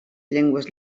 llengües